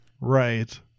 right